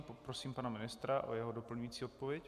Prosím pana ministra o jeho doplňující odpověď.